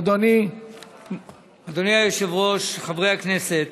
אדוני היושב-ראש, חברי הכנסת,